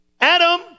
Adam